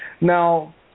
Now